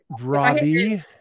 Robbie